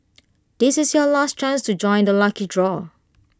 this is your last chance to join the lucky draw